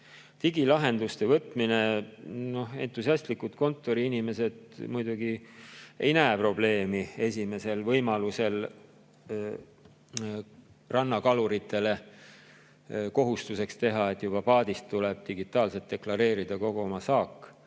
[kasutusele] võtmine. Noh, entusiastlikud kontoriinimesed muidugi ei näe probleemi selles, kui esimesel võimalusel rannakaluritele kohustuseks teha, et juba paadist tuleb neil digitaalselt deklareerida kogu oma saak.